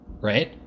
right